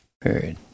Period